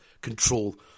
control